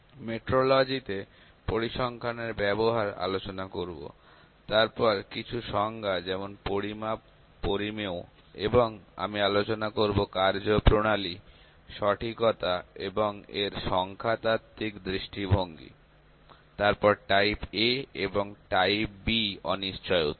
মেট্রোলজিতে পরিসংখ্যানের ব্যবহার আলোচনা করব তারপর কিছু সংজ্ঞা যেমন পরিমাপ পরিমেয় এবং আমি আলোচনা করব কার্যপ্রণালী সঠিকতা এবং এর সংখ্যাতাত্ত্বিক দৃষ্টিভঙ্গি তারপর টাইপ A এবং টাইপ B অনিশ্চয়তা